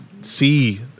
see